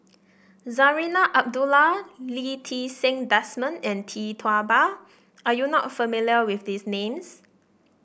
Zarinah Abdullah Lee Ti Seng Desmond and Tee Tua Ba are you not familiar with these names